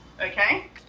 okay